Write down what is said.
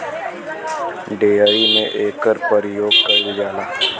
dairy में एकर परियोग कईल जाला